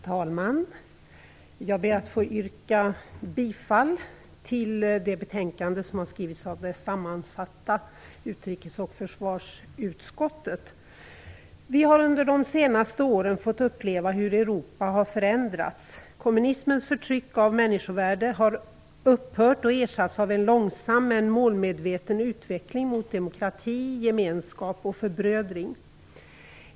Herr talman! Jag ber att få yrka bifall till hemställan i det betänkande som skrivits av det sammansatta utrikes och försvarsutskottet. Vi har under de senaste åren fått uppleva hur Europa har förändrats. Kommunismens förtryck av människovärdet har upphört och ersatts av en långsam men målmedveten utveckling mot demokrati, gemenskap och förbrödring.